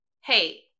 Hey